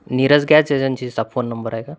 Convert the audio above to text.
Neeraj gas एजन्सीचा phone number आहे का